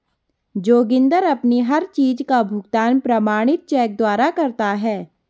जोगिंदर अपनी हर चीज का भुगतान प्रमाणित चेक द्वारा करता है